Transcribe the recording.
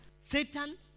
Satan